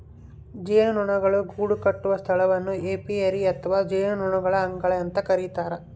ಜೇನುನೊಣಗಳು ಗೂಡುಕಟ್ಟುವ ಸ್ಥಳವನ್ನು ಏಪಿಯರಿ ಅಥವಾ ಜೇನುನೊಣಗಳ ಅಂಗಳ ಅಂತ ಕರಿತಾರ